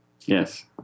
Yes